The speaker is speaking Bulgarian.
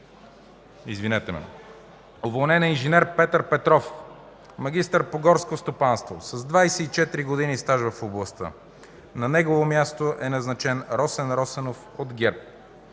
от ГЕРБ. Уволнен е инж. Петър Петров, магистър по горско стопанство с 24 години стаж в областта. На негово място е назначен Росен Росенов от ГЕРБ.